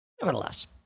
Nevertheless